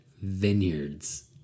vineyards